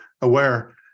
aware